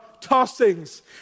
tossings